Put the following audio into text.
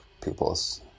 people's